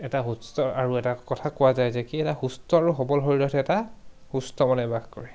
এটা সুস্থ আৰু এটা কথা কোৱা যায় যে কি এটা সুস্থ আৰু সবল শৰীৰতহে এটা সুস্থ মনে বাস কৰে